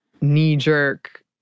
knee-jerk